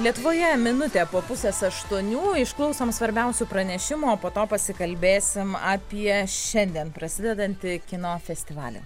lietuvoje minutė po pusės aštuonių išklausom svarbiausių pranešimų o po to pasikalbėsim apie šiandien prasidedantį kino festivalį